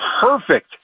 perfect